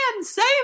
save